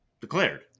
declared